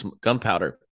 Gunpowder